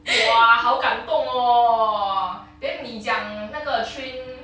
!wah! 好感动哦 then 你讲那个 train